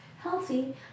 healthy